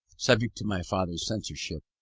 subject to my father's censorship,